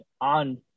on